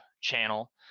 channel